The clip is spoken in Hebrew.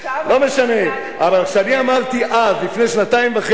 לא משנה, אבל כשאני אמרתי אז, לפני שנתיים וחצי,